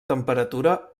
temperatura